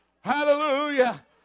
Hallelujah